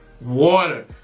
water